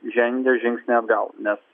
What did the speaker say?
žengia žingsnį atgal nes